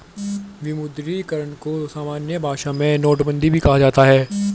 विमुद्रीकरण को सामान्य भाषा में नोटबन्दी भी कहा जाता है